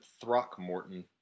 Throckmorton